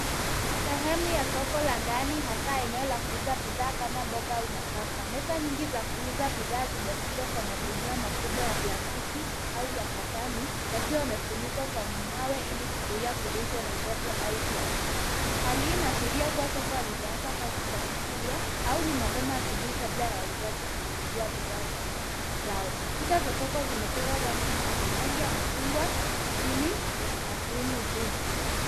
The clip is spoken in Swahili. Ni sehemu ya soko la ndani hasa eneo la kuuza bidhaa kama mboga au nafaka. Meza nyingi za kuuza bidhaa zimefungwa kwa magunia makubwa ya plastiki au ya katani, yakiwa yamefunikwa kwa mawe ili kuzuia kurushwa na upepo au kuanguka. Hali hii inaashiria soko halijaanza kazi kwa siku au ni mapema asubuhi kabla wauzaji kufungua bidhaa zao. Kuta za soko zimechorwa rangi mbili: rangi ya machungwa chini na krimu juu.